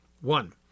One